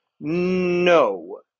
No